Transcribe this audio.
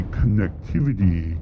connectivity